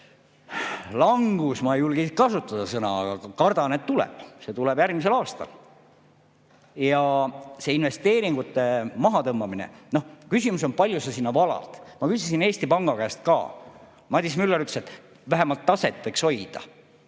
– ma ei julgegi kasutada sõna "langus" –, kardan, et tuleb, see tuleb järgmisel aastal. Ja see investeeringute mahatõmbamine – noh, küsimus on, kui palju sa sinna valad. Ma küsisin Eesti Panga käest ka. Madis Müller ütles, et vähemalt taset võiks hoida,